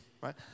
right